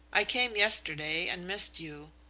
i came yesterday and missed you.